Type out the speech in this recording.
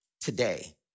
today